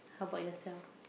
how about yourself